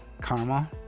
karma